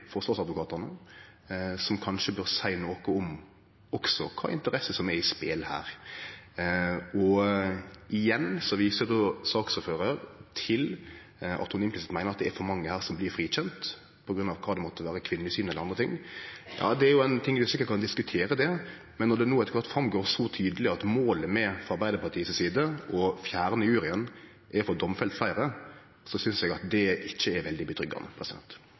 forsvarsadvokatane, som kanskje også bør seie noko om kva interesser som er i spel her. Igjen viser saksordføraren – implisitt – til at ho meiner at det er for mange som blir frikjende, på grunn av kvinnesyn eller andre ting. Det er noko ein sikkert kan diskutere, men når det kjem fram så tydeleg at målet – frå Arbeidarpartiet si side – med å fjerne juryen er å få domfelt fleire, synest eg det er urovekkjande. Jeg vil takke for et godt innlegg fra representanten Rotevatn. Innledningsvis vil jeg understreke at